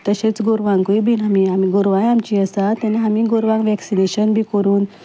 तशेंच गोरवांकूय बी आमी आमी गोरवांय आमचीं आसा तेन्ना आमी गोरवांक वॅक्सिनेशन बी करून